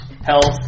health